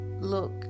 look